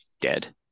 dead